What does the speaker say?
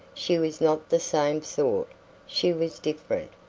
she was not the same sort she was different.